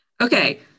Okay